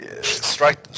Strike